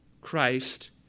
Christ